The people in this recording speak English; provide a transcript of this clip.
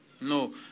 No